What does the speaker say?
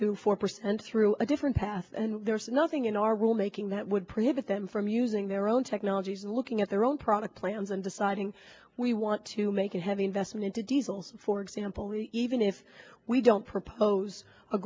to four percent through a different path and there's nothing in our rule making that would prohibit them from using their own technologies and looking at their own product plans and deciding we want to make a heavy investment into diesel for example even if we don't propose a